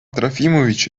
трофимович